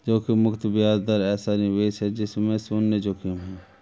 जोखिम मुक्त ब्याज दर ऐसा निवेश है जिसमें शुन्य जोखिम है